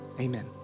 Amen